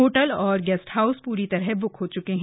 hotel और guest house पूरी तरह से बुक हो चुके हैं